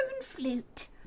flute